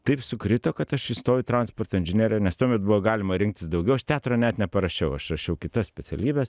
taip sukrito kad aš įstojau į transporto inžineriją nes tuomet buvo galima rinktis daugiau aš teatro net neparašiau aš rašiau kitas specialybes